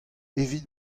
evit